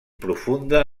profunda